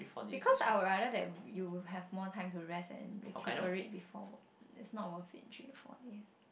because I would rather that you have more time to rest and recuperate before work it's not worth it three to four days